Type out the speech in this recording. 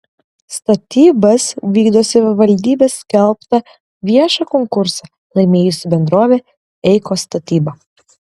statybas vykdo savivaldybės skelbtą viešą konkursą laimėjusi bendrovė eikos statyba